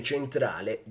Centrale